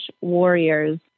warriors